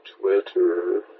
Twitter